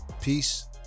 Peace